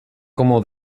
como